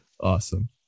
Awesome